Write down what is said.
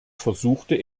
versuchte